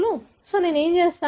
కాబట్టి నేను ఏమి చేస్తాను